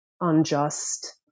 unjust